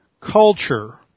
culture